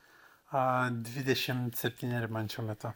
a dvidešimt septyneri man šiuo metu